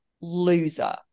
loser